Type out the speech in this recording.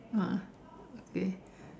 ah okay